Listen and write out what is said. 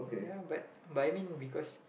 ya but but I mean because